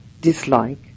dislike